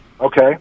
Okay